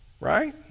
right